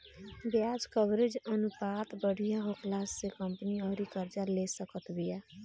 ब्याज कवरेज अनुपात बढ़िया होखला से कंपनी अउरी कर्जा ले सकत बिया